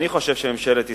אני חושב שממשלת ישראל,